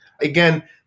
Again